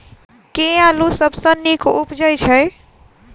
केँ आलु सबसँ नीक उबजय छै?